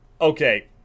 okay